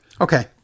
Okay